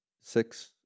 six-